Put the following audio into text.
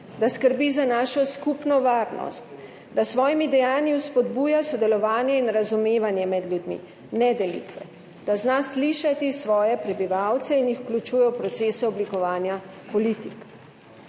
da skrbi za našo skupno varnost, da s svojimi dejanji spodbuja sodelovanje in razumevanje med ljudmi, ne delitve, da zna slišati svoje prebivalce in jih vključuje v procese oblikovanja politik.